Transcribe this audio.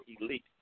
elite